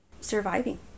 surviving